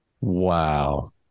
Wow